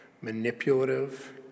manipulative